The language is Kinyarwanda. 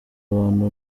abantu